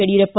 Yediyurappa